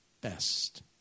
best